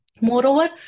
Moreover